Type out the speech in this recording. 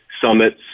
summits